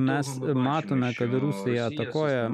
mes matome kad rusai atakuoja